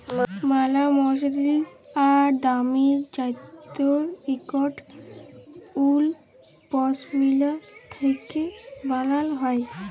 ম্যালা মসরিল আর দামি জ্যাত্যের ইকট উল পশমিলা থ্যাকে বালাল হ্যয়